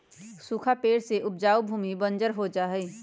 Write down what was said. सूखा पड़े से उपजाऊ भूमि बंजर हो जा हई